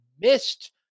missed